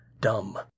dumb